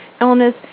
illness